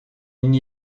n’y